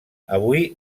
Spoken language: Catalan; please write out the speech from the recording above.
avui